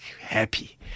happy